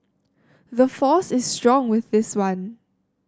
the force is strong with this one